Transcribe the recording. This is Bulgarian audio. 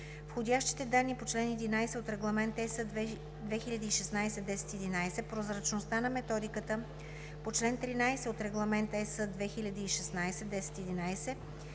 входящите данни по чл. 11 от Регламент (ЕС) 2016/1011, прозрачността на методиката по чл. 13 от Регламент (ЕС) 2016/1011